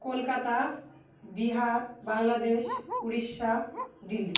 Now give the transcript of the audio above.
Kolkata Bihar Bangladesh Orissa Delhi